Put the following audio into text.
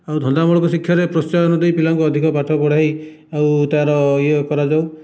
ଆଉ ଧନ୍ଦାମୂଳକ ଶିକ୍ଷାରେ ପ୍ରୋତ୍ସାହନ ଦେଇକି ପିଲାମାନଙ୍କୁ ଅଧିକ ପାଠ ପଢ଼ାଇ ଆଉ ତା'ର ଇଏ କରାଯାଉ